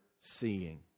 seeing